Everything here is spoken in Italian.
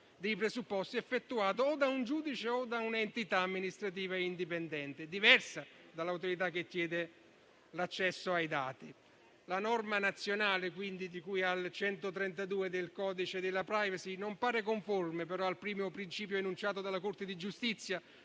dei presupposti, effettuato da un giudice o da un'entità amministrativa indipendente, diversa dall'autorità che chiede l'accesso ai dati. La norma nazionale, di cui all'articolo 132 del codice della *privacy*, non pare però conforme al principio enunciato dalla Corte di giustizia,